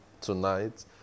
tonight